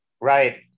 Right